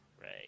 Right